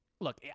look